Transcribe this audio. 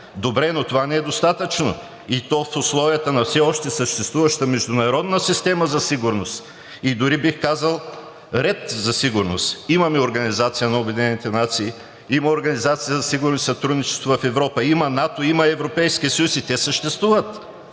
добре, но това не е достатъчно, и то в условията на все още съществуващата международна система за сигурност, дори, бих казал, ред за сигурност. Има Организация на обединените нации, има Организация за сигурност и сътрудничество в Европа, има НАТО, има Европейски съюз – те съществуват.